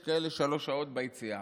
יש כאלה ששלוש שעות ביציאה,